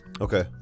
okay